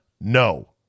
No